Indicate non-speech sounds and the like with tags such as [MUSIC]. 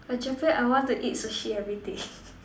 but Japan I want to eat Sushi everyday [LAUGHS]